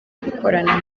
gukorana